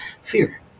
fear